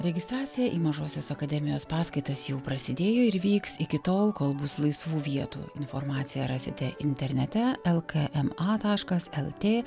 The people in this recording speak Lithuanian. registracija į mažosios akademijos paskaitas jau prasidėjo ir vyks iki tol kol bus laisvų vietų informaciją rasite internete lkma taškas lt